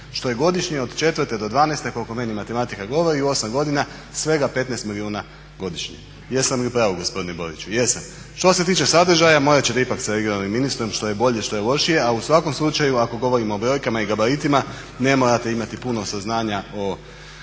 Što je godišnje od '04. do '12. koliko meni matematika govori u 8 godina svega 15 milijuna godišnje. Jesam li u pravu gospodine Boriću? Jesam. Što se tiče sadržaja morat ćete ipak sa regionalnim ministrom što je bolje, što je lošije, a u svakom slučaju ako govorimo o brojkama i gabaritima ne morate imati puno saznanja o